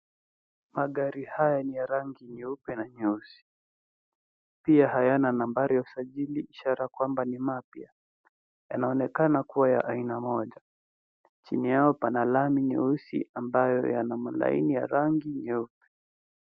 Magari haya ni ya rangi nyeupe na nyeusi. Pia haya a nambari ya usajili ishara kwamba ni mapya. Yanaonekana kuwa ya aina moja. Chini yao pana lami nyeusi ambayo ina rangi nyeupe.